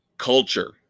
culture